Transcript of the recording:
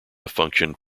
functioned